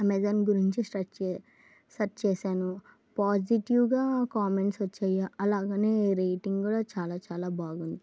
Amazon గురించి search చే search చేశాను పాజిటివ్గా కామెంట్స్ వచ్చాయి అలాగనే రేటింగ్ కూడా చాలా చాలా బాగుంది